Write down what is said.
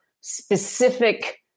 specific